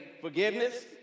forgiveness